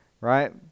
right